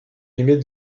limites